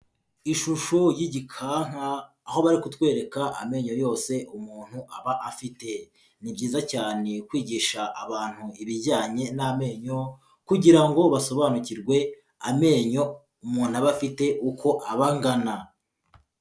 Ishusho y'igikanka aho bari kutwereka amenyo yose umuntu aba afite, ni byiza cyane kwigisha abantu ibijyanye n'amenyo kugira ngo basobanukirwe amenyo umuntu aba afite uko aba angana.